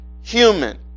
human